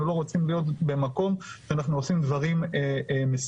לא רוצים להיות במקום שאנחנו עושים דברים מסוכנים.